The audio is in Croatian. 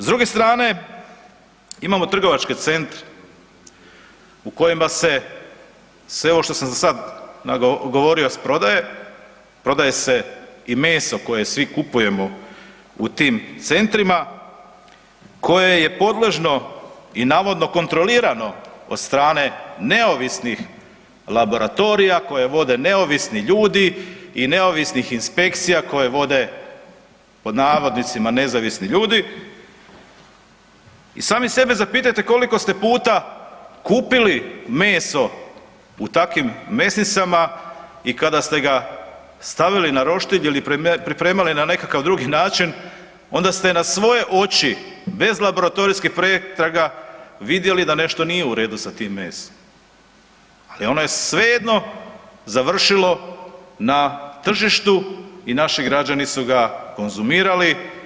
S druge strane imamo trgovačke centre u kojima se sve ovo što sam do sad govorio da se prodaje, prodaje se i meso koje svi kupujemo u tim centrima koje je podležno i navodno kontrolirano od strane neovisnih laboratorija, koje vode neovisni ljudi i neovisnih inspekcija koje vode pod navodnicima nezavisni ljudi i sami sebe zapitajte koliko ste puta kupili meso i takvim mesnicama i kada ste ga stavili na roštilj ili pripremali na nekakav drugi način onda ste na svoje oči bez laboratorijskih pretraga vidjeli da nešto nije u redu sa tim mesom, ali je ono svejedno završilo na tržištu i naši građani su ga konzumirali.